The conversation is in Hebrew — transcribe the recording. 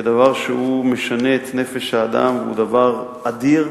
כדבר שמשנה את נפש האדם, זה דבר אדיר,